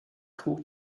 trug